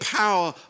power